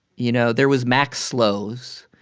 you know, there was max sloves.